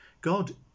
God